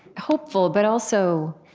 hopeful but also